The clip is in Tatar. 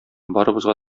барыбызга